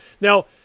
Now